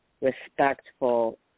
respectful